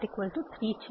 3 છે